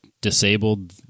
disabled